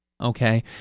okay